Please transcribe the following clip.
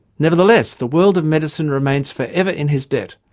nevertheless the world of medicine remains forever in his debt.